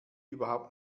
überhaupt